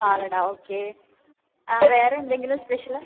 പാലട okay വേറെ എന്തെങ്കിലും special